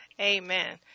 Amen